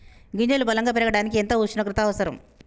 గింజలు బలం గా పెరగడానికి ఎంత ఉష్ణోగ్రత అవసరం?